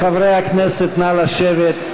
חברי הכנסת, נא לשבת.